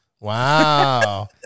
Wow